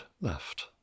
left